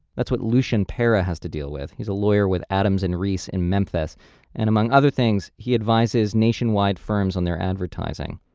that's what lucian pera has to deal with. he's a lawyer with adams and reese in memphis and among other things he advises nationwide firms on their advertising.